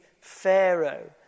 Pharaoh